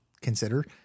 consider